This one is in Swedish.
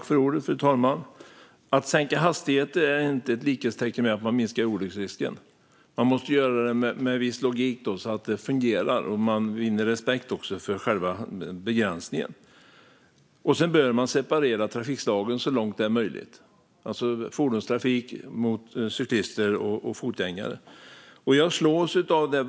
Fru talman! Man kan inte sätta likhetstecken mellan att sänka hastigheten och att minska olycksrisken. Det måste göras med en viss logik så att det fungerar och själva begränsningen vinner respekt. Sedan bör trafikslagen separeras så långt det är möjligt. Fordonstrafik bör alltså separeras från cyklister och fotgängare.